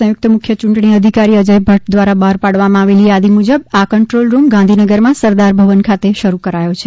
સંયુક્ત મુખ્ય યૂંટણી અધિકારી અજય ભદ્દ દ્વારા બહાર પાડવામાં આવેલી યાદી મુજબ આ કંટ્રોલરૂમ ગાંધીનગરમાં સરદાર ભવન ખાતે શરૂ કરાયો છે